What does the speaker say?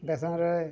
ବେସନରେ